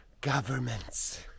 governments